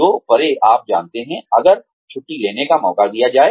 जो परे आप जानते हैं अगर छुट्टी लेने का मौका दिया जाए